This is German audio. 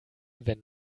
wenn